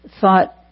thought